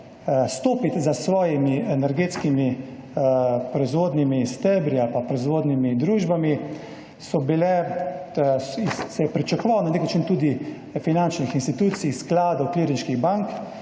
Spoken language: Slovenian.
stopile za svojimi energetskimi proizvodnimi stebri ali pa proizvodnimi družbami, se je pričakovalo na nek način tudi od finančnih institucij, skladov, klirinških bank,